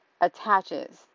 attaches